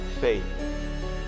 faith